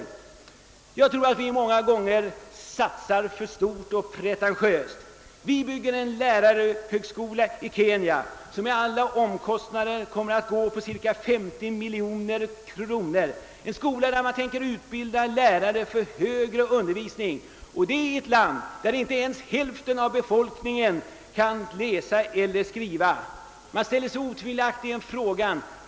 Enligt min mening satsar vi många gånger alldeles för stort och pretentiöst. Vi bygger exempelvis en lärarhögskola i Kenya, vilken med driftsomkostnader kommer att gå på 50 miljoner kronor. Där tänker man utbilda lärare för högre undervisning — i ett land där inte ens hälften av befolkningen kan läsa eller skriva!